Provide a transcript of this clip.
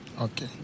Okay